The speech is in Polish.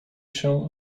się